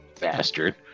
bastard